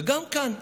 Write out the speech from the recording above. גם כאן,